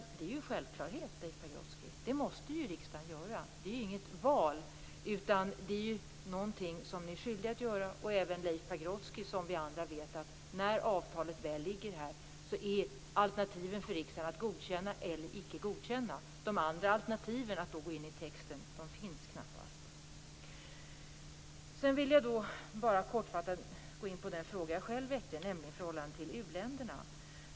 Det är ju en självklarhet, Leif Pagrotsky. Det måste ju riksdagen göra. Det är inget val. Det är någonting som vi är skyldiga att göra. Även Leif Pagrotsky, som vi andra, vet att när avtalet väl ligger här är alternativen för riksdagen att godkänna eller icke godkänna det. Alternativen att gå in i texten och ändra finns knappast. Sedan vill jag kortfattat gå in på den fråga jag själv väckte, nämligen förhållandena till u-länderna.